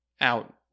out